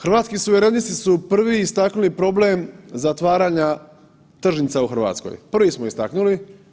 Hrvatski suverenisti su prvi istaknuli problem zatvaranja tržnica u RH, prvi smo istaknuli.